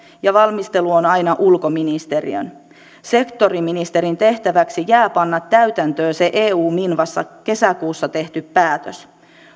ja valmistelu on aina ulkoministeriön sektoriministerin tehtäväksi jää panna täytäntöön se eu minvassa kesäkuussa tehty päätös